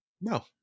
No